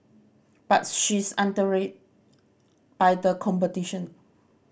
but she is by the competition